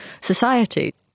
society